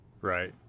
Right